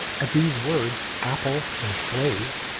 at these words apple and slave,